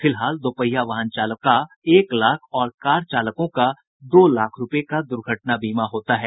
फिलहाल दोपहिया वाहन चालाकों का एक लाख और कार चालकों का दो लाख रूपये का दुर्घटना बीमा होता है